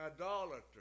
idolater